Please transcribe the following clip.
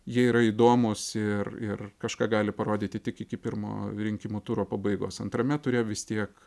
jie yra įdomūs ir ir kažką gali parodyti tik iki pirmo rinkimų turo pabaigos antrame ture vis tiek